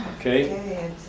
Okay